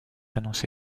annoncé